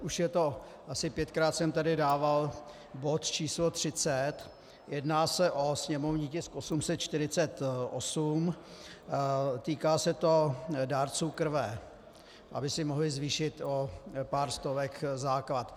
Už asi pětkrát jsem tady dával bod č. 30, jedná se o sněmovní tisk 848, týká se to dárců krve, aby si mohli zvýšit o pár stovek základ.